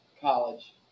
college